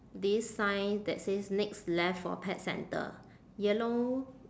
this sign that says next left for pet centre yellow